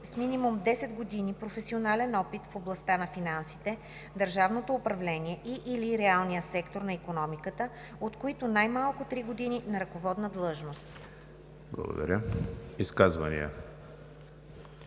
с минимум 10 години професионален опит в областта на финансите, държавното управление и/или реалния сектор на икономиката, от които най-малко три години на ръководна длъжност.“ ПРЕДСЕДАТЕЛ